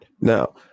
Now